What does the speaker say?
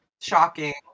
shocking